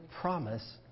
promise